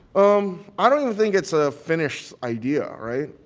um i don't think it's a finished idea, right?